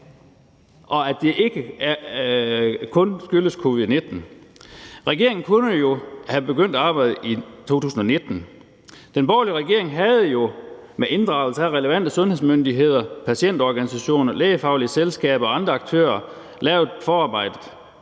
og at det ikke kun skyldes covid-19. Regeringen kunne jo have begyndt arbejdet i 2019. Den borgerlige regering havde jo med inddragelse af relevante sundhedsmyndigheder, patientorganisationer, lægefaglige selskaber og andre aktører lavet forarbejdet,